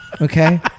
okay